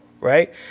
right